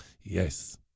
Yes